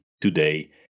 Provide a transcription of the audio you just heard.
today